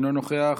אינו נוכח,